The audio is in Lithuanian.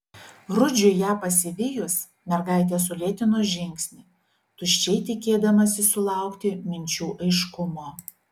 rudžiui ją pasivijus mergaitė sulėtino žingsnį tuščiai tikėdamasi sulaukti minčių aiškumo